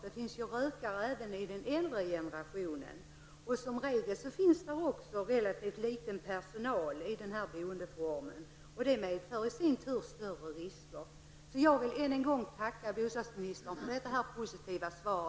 Det finns ju rökare även i den äldre generationen. Som regel finns det också en relativt liten personal vid alternativa boendeformer, och det medför i sin tur större risker. Jag vill än en gång tacka bostadsministern för detta positiva svar.